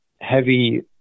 heavy